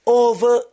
over